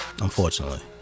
Unfortunately